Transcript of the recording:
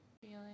feeling